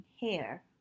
hair